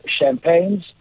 champagnes